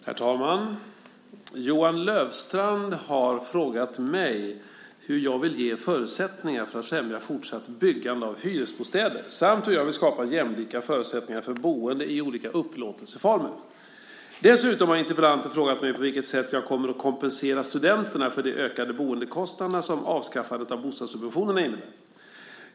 Herr talman! Johan Löfstrand har frågat mig hur jag vill ge förutsättningar för att främja fortsatt byggande av hyresbostäder samt hur jag vill skapa jämlika förutsättningar för boende i olika upplåtelseformer. Dessutom har interpellanten frågat mig på vilket sätt jag kommer att kompensera studenterna för de ökade boendekostnader som avskaffandet av bostadssubventionerna innebär.